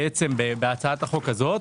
בהצעת החוק הזו,